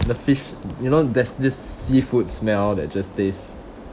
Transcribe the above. the fish you know there's this seafood smell that just taste